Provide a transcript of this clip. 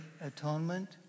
atonement